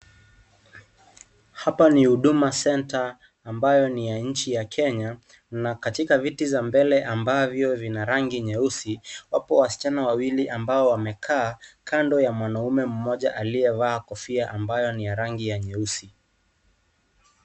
Hapa ni huduma center ambayo ni ya nchi ya Kenya. Na katika viti za mbele ambavyo vina rangi nyeusi wako wasichana wawili ambao wamekaa kando ya mwanaume mmoja, aliyevaa kofia ambayo ni ya rangi ya nyeusi.